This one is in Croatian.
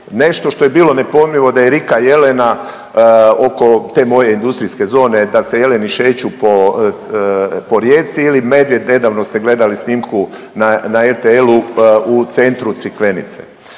nešto što je bilo nepojmljivo da je rika jelena oko te moje industrijske zone, da se jeleni šeću po Rijeci ili medvjed nedavno ste gledali snimku na RTL-u u centru Crikvenice.